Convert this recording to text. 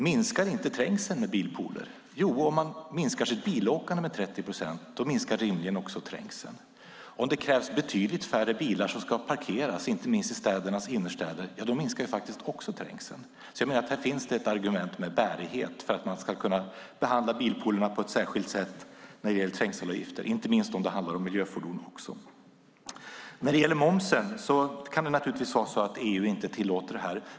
Minskar inte trängseln med bilpooler? Jo, om man minskar sitt bilåkande med 30 procent minskar rimligen också trängseln. Om det krävs betydligt färre bilar som ska parkeras inte minst i innerstäderna minskar också trängseln. Jag menar att det finns ett argument med bärighet för att man ska kunna behandla bilpoolerna på ett särskilt sätt när det gäller trängselavgifter, inte minst om det också handlar om miljöfordon. När det gäller momsen kan det naturligtvis vara så att EU inte tillåter detta.